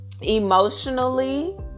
emotionally